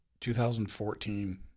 2014